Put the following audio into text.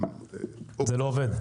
זה לא עובד.